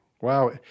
wow